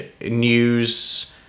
news